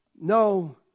No